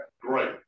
Great